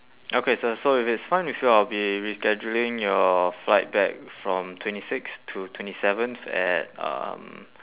okay sir so if it's fine with you I'll be rescheduling your flight back from twenty sixth to twenty seventh at um